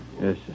Yes